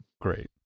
great